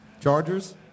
Chargers